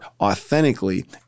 authentically